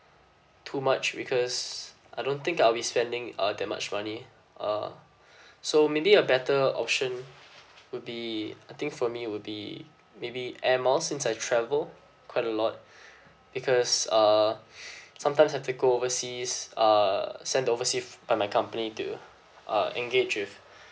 too much because I don't think I'll be spending uh that much money uh so maybe a better option would be I think for me will be maybe air miles since I travel quite a lot because uh sometimes I've to go go oversea uh send to overseas by my company to uh engage with